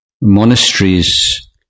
monasteries